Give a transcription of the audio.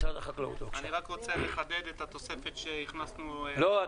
אני רק רוצה לחדד את התוספת שהכנסנו --- לא,